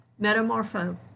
metamorpho